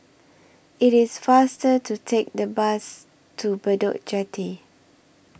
IT IS faster to Take The Bus to Bedok Jetty